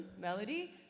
melody